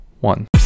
one